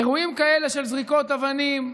אירועים כאלה של זריקות אבנים,